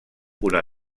una